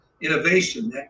innovation